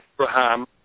Abraham